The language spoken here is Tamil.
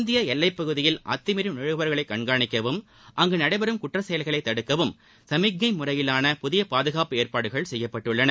இந்திய எல்லைப் பகுதியில் அத்துமீறி நுழைபவர்களை கண்காணிக்கவும் அங்கு நடைபெறும் குற்றச் செயல்களை தடுக்கவும் சுமிக்ஞ்சை முறையிவான புதிய பாதுகாப்பு ஏற்பாடுகள் செய்யப்பட்டுள்ளன